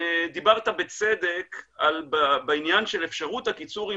דיברת בצדק בעניין של אפשרות הקיצור עם